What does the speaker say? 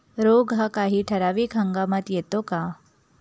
रोग हा काही ठराविक हंगामात येतो का?